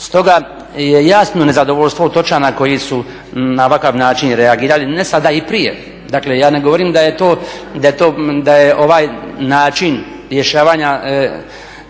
Stoga je jasno nezadovoljstvo otočana koji su na ovakav način reagirali ne sada i prije, dakle ja ne govorim da je to, da je ovaj način rješavanja,